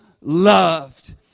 loved